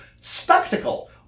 spectacle